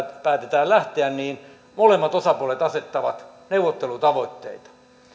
päätetään lähteä niin molemmat osapuolet asettavat neuvottelutavoitteet